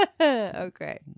Okay